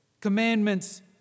Commandments